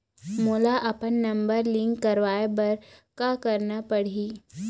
मोला अपन number link करवाये बर का करना पड़ही?